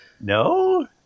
No